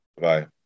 bye